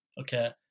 Okay